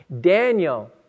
Daniel